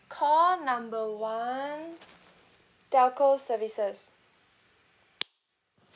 call number one telco services